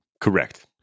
Correct